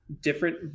different